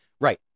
Right